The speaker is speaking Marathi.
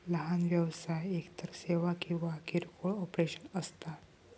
लहान व्यवसाय एकतर सेवा किंवा किरकोळ ऑपरेशन्स असता